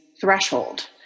threshold